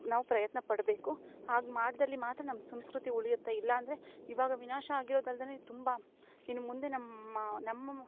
ನಾವ್ ಪ್ರಯತ್ನ ಪಡ್ಬೇಕು ಹಾಗ್ ಮಾಡ್ದಲ್ಲಿ ಮಾತ್ರ ನಮ್ ಸಂಸ್ಕ್ರುತಿ ಉಳಿಯುತ್ತೆ ಇಲ್ಲಾಂದ್ರೆ ಇವಾಗ ವಿನಾಶ ಆಗಿರೋದಲ್ದೆನೆ ತುಂಬ ಇನ್ ಮುಂದೆ ನಮ್ಮ ನಮ್